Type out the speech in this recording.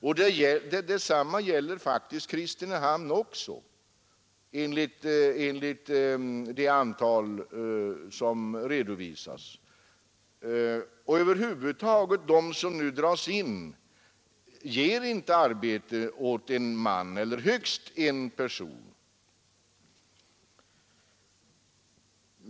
Och detsamma gäller faktiskt också Kristinehamn enligt vad som redovisas. Över huvud taget gäller att de tullanstalter som nu dras in inte ger arbete åt en person eller åt högst en person.